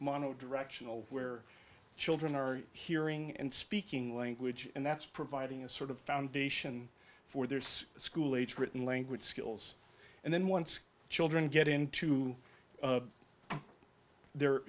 mano directional where children are hearing and speaking language and that's providing a sort of foundation for their school age written language skills and then once children get into their